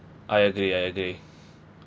I agree I agree